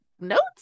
notes